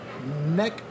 neck